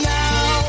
now